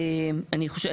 אני חושבת,